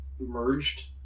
merged